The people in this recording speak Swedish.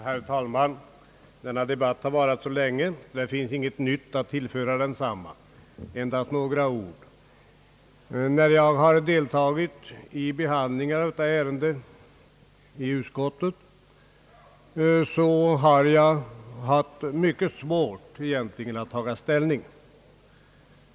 Herr talman! Denna debatt har varat så länge att det inte finns något nytt att tillföra densamma. Jag skall endast säga några ord. När jag deltagit i behandlingen av detta ärende i utskottet har jag haft mycket svårt att ta ställning.